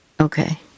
Okay